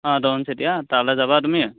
অঁ তৰুণ চেতিয়া তালৈ যাবা তুমি